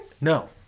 No